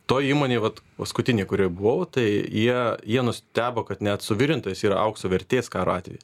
toj įmonėj vat paskutinėj kurioj buvau tai jie jie nustebo kad net suvirintojas yra aukso vertės karo atveju